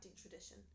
tradition